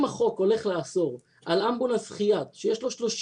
אם החוק הולך לאסור על אמבולנס "חיאן" שיש לו 30